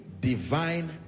divine